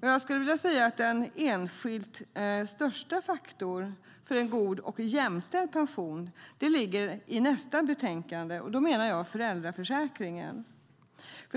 Den enskilt största faktorn för en god och jämställd pension finns i nästa betänkande. Jag menar då föräldraförsäkringen.